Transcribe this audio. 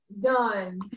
Done